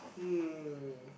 hmm